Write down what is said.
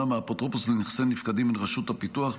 מהאפוטרופוס על נכסי נפקדים לרשות הפיתוח.